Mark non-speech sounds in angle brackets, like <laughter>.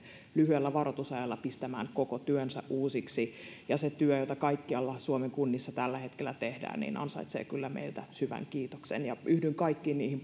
lyhyellä varoitusajalla joutuneet pistämään koko työnsä uusiksi ja se työ jota kaikkialla suomen kunnissa tällä hetkellä tehdään ansaitsee kyllä meiltä syvän kiitoksen yhdyn kaikkiin niihin <unintelligible>